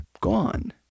gone